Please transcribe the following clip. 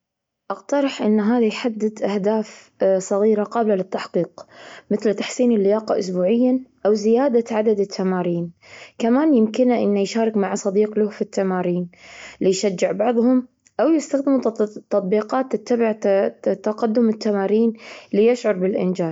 أقترح أن هذا يحدد أهداف صغيرة قابلة للتحقيق، مثل تحسين اللياقة أسبوعيا أو زيادة عدد التمارين. كمان يمكنه أنه يشارك مع صديق له في التمارين ليشجع بعضهم، أو يستخدم التت- التطبيقات تتبع تقدم التمارين ليشعر بالإنجاز.